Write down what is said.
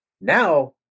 Now